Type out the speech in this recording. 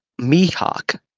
Mihawk